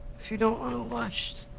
if you don't want to watch,